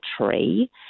tree